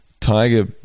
tiger